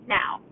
now